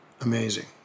amazing